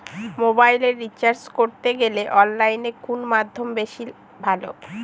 মোবাইলের রিচার্জ করতে গেলে অনলাইনে কোন মাধ্যম বেশি ভালো?